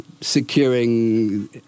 securing